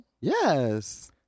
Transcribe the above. Yes